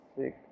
six